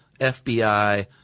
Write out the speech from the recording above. FBI